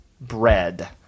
bread